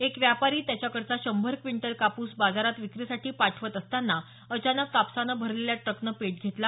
एक व्यापारी त्याच्याकडचा शंभर क्विंटल कापूस बाजारात विक्रीसाठी पाठवत असताना अचानक कापसाने भरलेल्या ट्रकने पेट घेतला